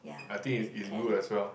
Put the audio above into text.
I think is is good as well